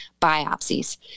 biopsies